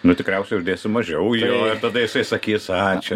nu tikriausiai uždėsiu mažiau jo ir tada jisai sakys ačiū